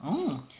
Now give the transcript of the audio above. oh